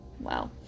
wow